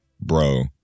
Bro